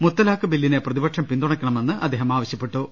മുത്തലാഖ് ബില്ലിനെ പ്രതിപക്ഷം പിന്തുണക്ക ണമെന്നും അദ്ദേഹം ആവശ്യപ്പെട്ടു